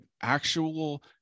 actual